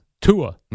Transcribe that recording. Tua